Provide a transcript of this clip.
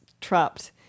trapped